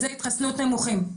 באחוזי התחסנות נמוכים.